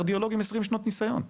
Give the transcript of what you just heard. קרדיולוג עם 20 שנות ניסיון,